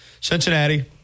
Cincinnati